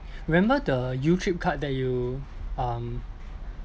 remember the youtrip card that you um